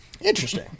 Interesting